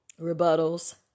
rebuttals